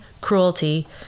cruelty